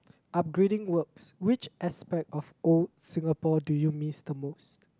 upgrading works which aspect of old Singapore do you miss the most